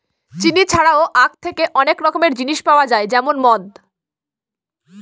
চিনি ছাড়াও আঁখ থেকে অনেক রকমের জিনিস পাওয়া যায় যেমন মদ